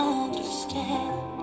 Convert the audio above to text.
understand